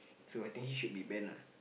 so I think he should be Ben lah